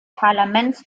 parlaments